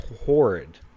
Horrid